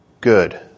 good